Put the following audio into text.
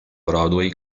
broadway